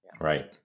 Right